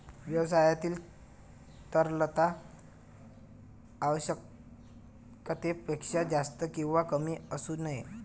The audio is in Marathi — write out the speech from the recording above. व्यवसायातील तरलता आवश्यकतेपेक्षा जास्त किंवा कमी असू नये